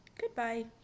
goodbye